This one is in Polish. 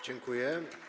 Dziękuję.